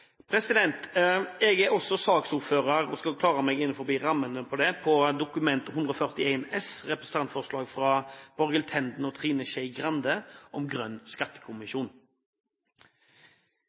Jeg er også saksordfører, og skal klare meg innenfor rammene for det, for Dokument 8:141 S, representantforslag fra Borghild Tenden og Trine Skei Grande, om ny grønn skattekommisjon.